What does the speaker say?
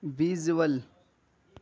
visual